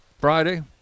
Friday